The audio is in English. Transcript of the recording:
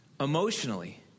Emotionally